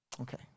Okay